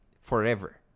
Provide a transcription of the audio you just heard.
forever